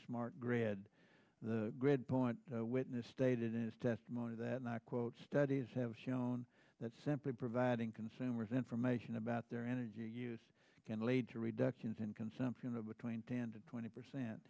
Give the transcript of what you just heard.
smart grid the grid point witness stated in his testimony that and i quote studies have shown that simply providing consumers information about their energy use can lead to reductions in consumption of between ten to twenty